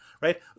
right